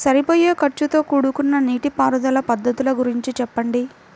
సరిపోయే ఖర్చుతో కూడుకున్న నీటిపారుదల పద్ధతుల గురించి చెప్పండి?